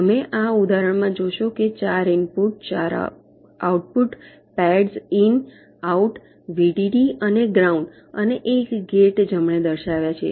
તમે આ ઉદાહરણમાં જોશો કે મેં ચાર input output pads in out VDD અને ગ્રાઉન્ડ અને એક ગેટ જમણે દર્શાવ્યા છે